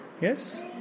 Yes